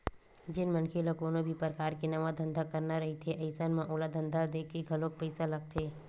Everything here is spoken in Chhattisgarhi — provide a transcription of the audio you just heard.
जेन मनखे ल कोनो भी परकार के नवा धंधा करना रहिथे अइसन म ओला धंधा देखके घलोक पइसा लगथे